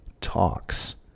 talks